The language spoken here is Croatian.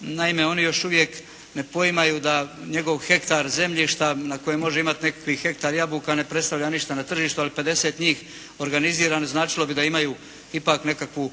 Naime, oni još uvijek ne poimaju da njegov hektar zemljišta na kojem može imati nekakav hektar jabuka ne predstavlja ništa na tržištu ali 50 njih organizirano značilo bi da imaju ipak nekakvu